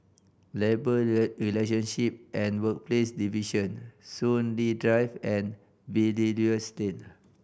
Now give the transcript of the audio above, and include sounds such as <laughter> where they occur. Labour <unintelligible> Relationship and Workplaces Division Soon Lee Drive and Belilios Lane